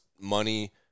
money